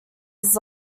his